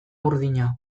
urdina